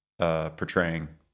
portraying